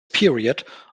period